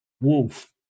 wolf